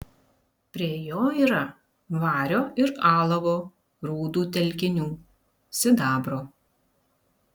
prie jo yra vario ir alavo rūdų telkinių sidabro